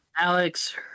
Alex